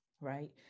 right